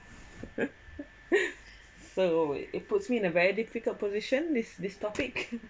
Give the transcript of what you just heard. so it puts me in a very difficult position this this topic